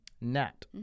Net